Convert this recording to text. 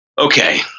Okay